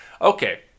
okay